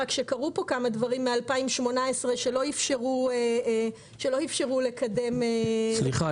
רק שקרו פה כמה דברים מ-2018 שלא איפשרו לקדם --- סליחה.